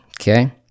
Okay